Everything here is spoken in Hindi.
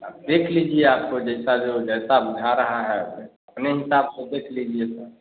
आप देख लीजिए आपको जैसा जो जैसा बुझा रहा है अपने हिसाब से देख लीजिए तो